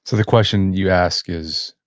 so the question you ask is,